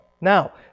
Now